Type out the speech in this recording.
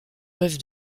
rêve